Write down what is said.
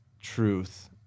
truth